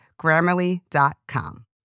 Grammarly.com